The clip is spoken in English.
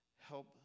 help